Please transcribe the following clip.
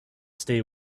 stay